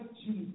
Jesus